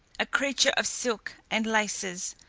a creature of silk and laces,